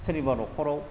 सोरनिबा न'खराव